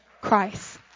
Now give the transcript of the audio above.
Christ